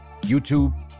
YouTube